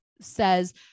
says